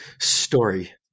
story